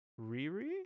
riri